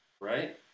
Right